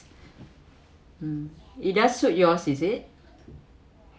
it does suit yours is it